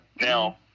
Now